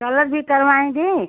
colour भी करवाएँगे